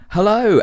Hello